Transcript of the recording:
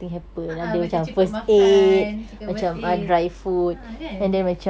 (uh huh) macam cukup makan cukup first aid ah kan